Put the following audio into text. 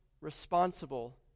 responsible